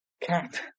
cat